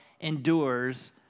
endures